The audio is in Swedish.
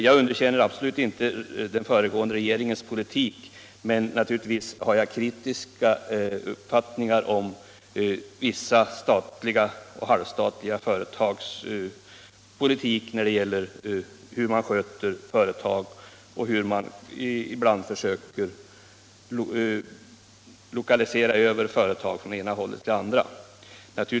Jag underkänner absolut inte den föregående regeringens politik, men naturligtvis har jag kritiska synpunkter på vissa statliga och halvstatliga företags politik, t. ex när det gäller hur man sköter företag och när man ibland försöker lokalisera över företag från det ena hållet till det andra.